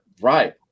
Right